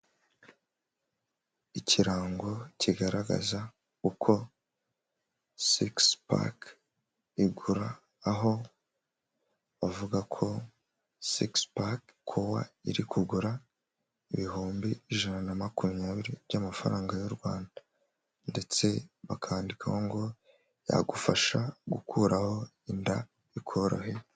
Ikirango kigaragaza uko sigisi pake igura, aho bavuga ko sigisi pake kuba iri kugura ibihumbi ijana na makumyabiri by'amafaranga y'u Rwanda ndetse bakandikaho ngo yagufasha gukuraho inda bikoroheye.